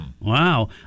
Wow